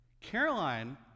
Caroline